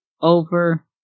over